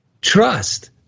Trust